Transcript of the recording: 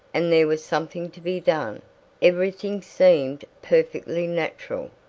and there was something to be done everything seemed perfectly natural.